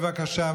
בבקשה,